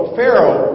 Pharaoh